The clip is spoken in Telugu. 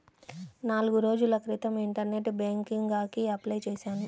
నాల్గు రోజుల క్రితం ఇంటర్నెట్ బ్యేంకింగ్ కి అప్లై చేశాను